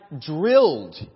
drilled